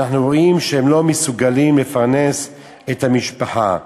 אנחנו רואים שהם לא מסוגלים לפרנס את המשפחה.